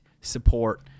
support